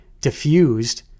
diffused